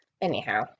Anyhow